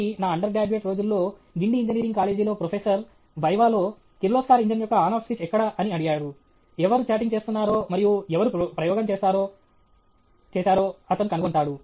కాబట్టి నా undergraduate రోజుల్లో గిండి ఇంజనీరింగ్ కాలేజీలో ప్రొఫెసర్ వైవాలో లో కిర్లోస్కర్ ఇంజిన్ యొక్క ఆన్ ఆఫ్ స్విచ్ ఎక్కడ అని అడిగారు ఎవరు చాటింగ్ చేస్తున్నారో మరియు ఎవరు ప్రయోగం చేసారో అతను కనుగొంటాడు